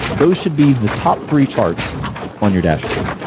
those should be the top three charts on your dashboard.